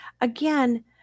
Again